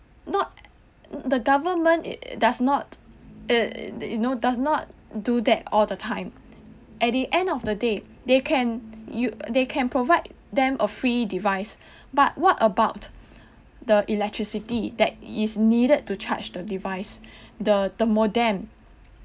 not the government e~ does not uh you know does not do that all the time at the end of the day they can you they can provide them a free device but what about the electricity that is needed to charge the device the the modem